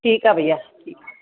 ठीकु आहे भैया ठीकु